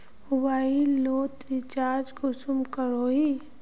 Mobile लोत recharge कुंसम करोही?